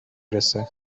رسه